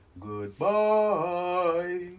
Goodbye